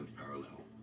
parallel